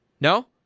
No